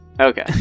Okay